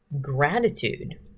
gratitude